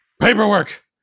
paperwork